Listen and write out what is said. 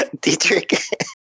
Dietrich